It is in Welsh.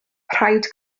rhaid